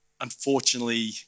unfortunately